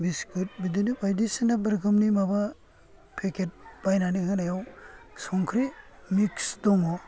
बिसखुथ बिदिनो बाइदिसिना रोखोमनि माबा फेखेथ बायनानै होनायाव संख्रि मिख्स दङ'